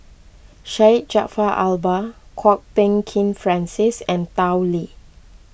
Syed Jaafar Albar Kwok Peng Kin Francis and Tao Li